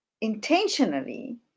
intentionally